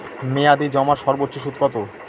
মেয়াদি জমার সর্বোচ্চ সুদ কতো?